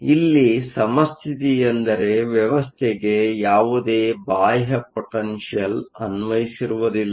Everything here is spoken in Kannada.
ಇಲ್ಲಿ ಸಮಸ್ಥಿತಿ ಎಂದರೆ ವ್ಯವಸ್ಥೆಗೆ ಯಾವುದೇ ಬಾಹ್ಯ ಪೋಟೆನ್ಷಿಯಲ್Potential ಅನ್ವಯಿಸಿರುವುದಿಲ್ಲ